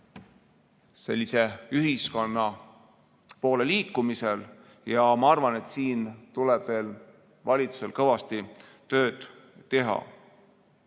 sellise ühiskonna poole liikumisel. Ma arvan, et siin tuleb valitsusel veel kõvasti tööd teha.